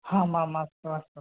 हामाम् अस्तु अस्तु